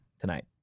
tonight